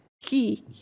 key